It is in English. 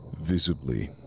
visibly